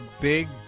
big